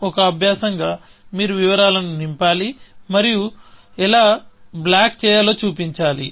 ఒక అభ్యాసంగా మీరు వివరాలను నింపాలి మరియు ఎలా బ్లాక్ చేయాలో చూపించాలి